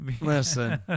listen